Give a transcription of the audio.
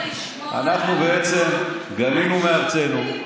לשמוע, אנחנו גלינו מארצנו,